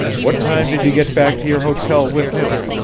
what time did you get back to your hotel with him?